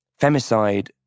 femicide